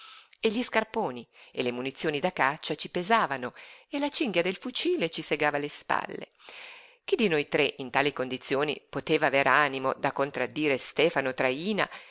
e gli scarponi e le munizioni da caccia ci pesavano e la cinghia del fucile ci segava le spalle chi di noi tre in tali condizioni poteva aver animo da contraddire stefano traína